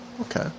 Okay